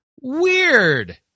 Weird